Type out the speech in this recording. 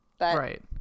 Right